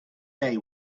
day